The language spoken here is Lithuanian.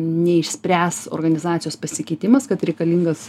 neišspręs organizacijos pasikeitimas kad reikalingas